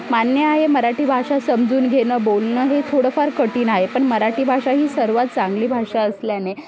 मान्य आहे मराठी भाषा समजून घेणं बोलणं हे थोडं फार कठीण आहे पण मराठी भाषा ही सर्वात चांगली भाषा असल्याने